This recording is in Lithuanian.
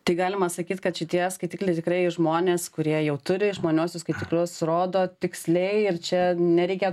tai galima sakyt kad šitie skaitikliai tikrai žmonės kurie jau turi išmaniuosius skaitiklius rodo tiksliai ir čia nereikia